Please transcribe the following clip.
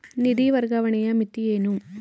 ನಿಧಿ ವರ್ಗಾವಣೆಯ ಮಿತಿ ಏನು?